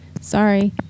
sorry